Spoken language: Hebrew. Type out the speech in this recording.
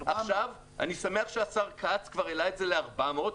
עכשיו אני שמח שהשר כץ כבר העלה את זה ל-400,